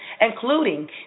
including